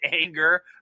anger